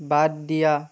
বাদ দিয়া